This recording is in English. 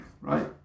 Right